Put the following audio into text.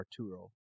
Arturo